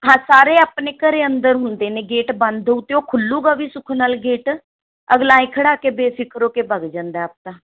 ਹਾਂ ਸਾਰੇ ਆਪਣੇ ਘਰ ਅੰਦਰ ਹੁੰਦੇ ਨੇ ਗੇਟ ਬੰਦ ਹੋਊ ਅਤੇ ਉਹ ਖੁੱਲੂਗਾ ਵੀ ਸੁਖ ਨਾਲ ਗੇਟ ਅਗਲਾ ਐਂ ਖੜ੍ਹਾ ਕੇ ਬੇਫ਼ਿਕਰ ਹੋ ਕੇ ਵੱਗ ਜਾਂਦਾ ਆਪਣਾ